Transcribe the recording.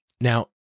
Now